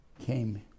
came